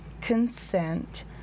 consent